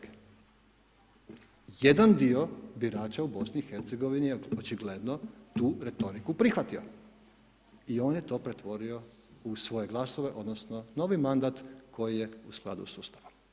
Jedan dio bi rađe u BiH očigledno tu retoriku prihvatio i on je to pretvorio u svoje glasove odnosno novi mandat koji je u skladu sa Ustavom.